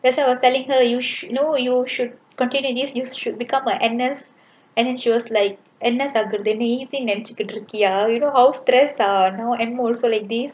that's why I was telling her you should you know you should continue this you should become a anaes and then she was like anaes are ஆகுறது:agurathu easy னு நினைச்சிட்டு இருக்கியா:nu ninaichittu irukkiyaa you know how stress uh now M_O also like this